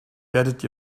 werdet